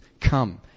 Come